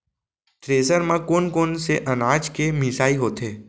Thresher म कोन कोन से अनाज के मिसाई होथे?